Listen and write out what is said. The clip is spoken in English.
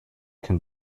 can